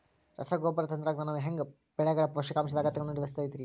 ರಸಗೊಬ್ಬರ ತಂತ್ರಜ್ಞಾನವು ಹ್ಯಾಂಗ ಬೆಳೆಗಳ ಪೋಷಕಾಂಶದ ಅಗತ್ಯಗಳನ್ನ ನಿರ್ಧರಿಸುತೈತ್ರಿ?